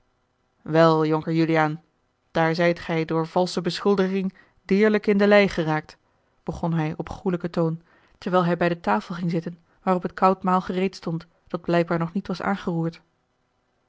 wel jonker juliaan daar zijt gij door valsche beschuldiging deerlijk in de lij geraakt begon hij op goêlijken toon terwijl hij bij de tafel ging zitten waarop het koud maal gereed stond dat blijkbaar nog niet was aangeroerd